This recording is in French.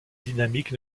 dynamique